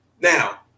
Now